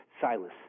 Silas